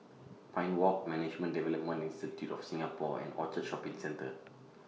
Pine Walk Management Development Institute of Singapore and Orchard Shopping Centre